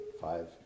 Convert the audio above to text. five